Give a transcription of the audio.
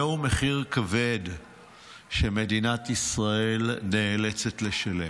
זהו מחיר כבד שמדינת ישראל נאלצת לשלם.